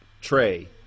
tray